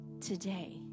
today